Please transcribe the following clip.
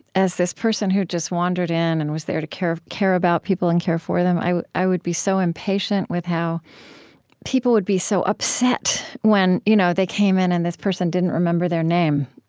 as this person who just wandered in and was there to care care about people and care for them, i i would be so impatient with how people would be so upset when you know they came in and this person didn't remember their name.